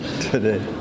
today